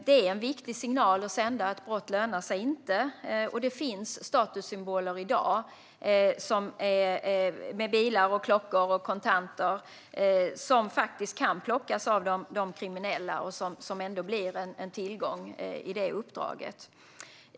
Det är en viktig signal att sända att brott inte lönar sig, och det finns statussymboler i dag, till exempel bilar, klockor och kontanter, som faktiskt kan plockas av de kriminella som en tillgång i det uppdraget.